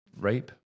rape